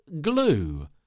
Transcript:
glue